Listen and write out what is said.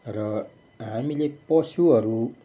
र हामीले पशुहरू